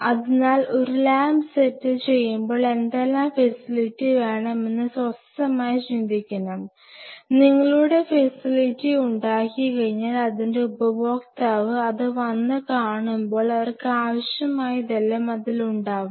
അതിനാൽ ഒരു lab set ചെയ്യുമ്പോൾ എന്തെല്ലാം ഫെസിലിറ്റി വേണമെന്ന് സ്വസ്ഥമായി ചിന്തിക്കണം നിങ്ങളുടെ ഫെസിലിറ്റി ഉണ്ടാക്കി കഴിഞ്ഞാൽ അതിന്റെ ഉപഭോക്താവ് അത് വന്നു കാണുമ്പോൾ അവർക്കാവശ്യമായതെല്ലാം അതിൽ ഉണ്ടാവണം